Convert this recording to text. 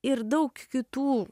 ir daug kitų